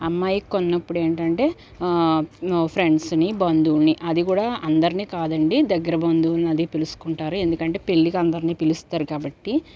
అమ్మాయికి కోన్నప్పుడేంటంటే ఫ్రెండ్స్ని బంధువుల్ని అది కూడా అందరిని కాదండి దగ్గర బంధువులనది పిలుసుకుంటారు ఎందుకంటే పెళ్లికి అందరిని పిలుస్తారు కాబట్టి